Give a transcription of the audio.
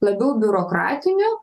labiau biurokratiniu